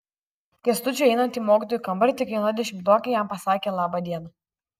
kęstučiui einant į mokytojų kambarį tik viena dešimtokė jam pasakė laba diena